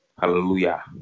Hallelujah